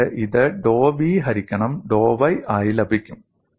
നിങ്ങൾക്ക് ഇത് ഡോ v ഹരിക്കണം ഡോ y ആയി ലഭിക്കും